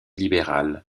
libéral